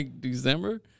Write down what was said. December